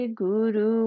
guru